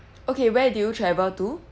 okay where do you travel to